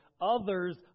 Others